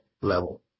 level